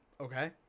Okay